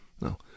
No